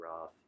rough